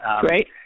Great